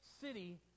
city